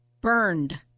burned